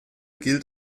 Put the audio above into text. gilt